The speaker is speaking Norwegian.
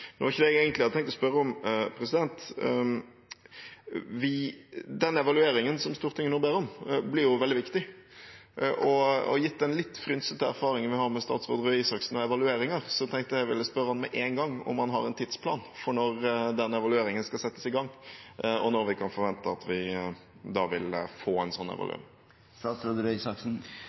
ikke det jeg egentlig hadde tenkt å spørre om. Den evalueringen som Stortinget nå ber om, blir veldig viktig, og gitt den litt frynsete erfaringen vi har med statsråd Røe Isaksen og evalueringer, tenkte jeg at jeg ville spørre ham med en gang om han har en tidsplan for når den evalueringen skal settes i gang, og når vi kan forvente at vi vil få en